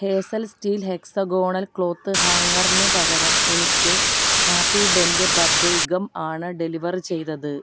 Hazel steel hexagonal cloth ഹാംഗറിന് പകരം എനിക്ക് ഹാപ്പിഡെൻറ്റ് ബബിൾ ഗം ആണ് ഡെലിവർ ചെയ്തത്